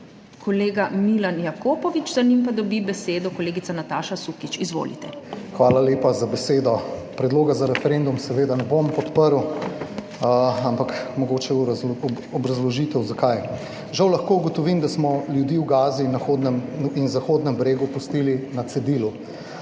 kolega Milan Jakopovič, za njim pa dobi besedo kolegica Nataša Sukič. Izvolite. **MILAN JAKOPOVIČ (PS Levica):** Hvala lepa za besedo. Predloga za referendum seveda ne bom podprl, ampak mogoče v obrazložitev, zakaj. Žal lahko ugotovim, da smo ljudi v Gazi in na Zahodnem bregu pustili na cedilu.